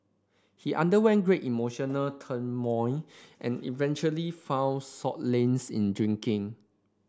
he underwent great emotional turmoil and eventually found solace in drinking